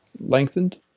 lengthened